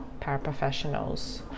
paraprofessionals